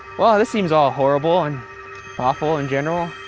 well this seems all horrible and awful in general.